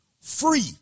Free